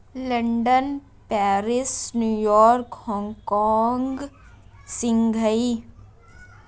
London Paris New York Hong Kong Shanghai